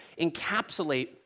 encapsulate